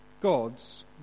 God's